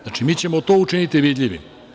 Znači, mi ćemo to učiniti vidljivim.